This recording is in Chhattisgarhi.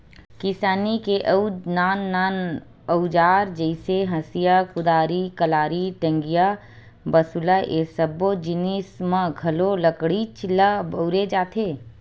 किसानी के अउ नान नान अउजार जइसे हँसिया, कुदारी, कलारी, टंगिया, बसूला ए सब्बो जिनिस म घलो लकड़ीच ल बउरे जाथे